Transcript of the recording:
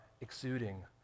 exuding